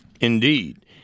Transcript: Indeed